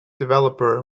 developer